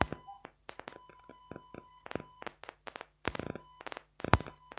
कौन सा सबसे बढ़िया उपाय हई जेकरा से बाजार में खराब होअल माल बेचल जा सक हई?